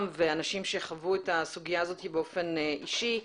ואנשים שחוו את הסוגיה הזאת באופן אישי.